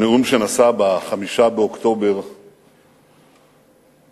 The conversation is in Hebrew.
נאום שנשא ב-5 באוקטובר 1995,